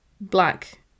black